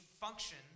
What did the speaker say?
function